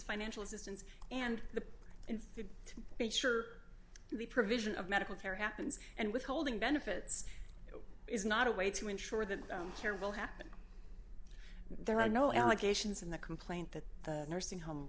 financial assistance and the in food to make sure the provision of medical care happens and withholding benefits is not a way to insure that care will happen there are no allegations in the complaint that the nursing home